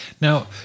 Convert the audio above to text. Now